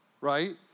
right